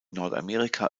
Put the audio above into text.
nordamerika